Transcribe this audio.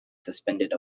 suspended